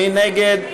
מי נגד?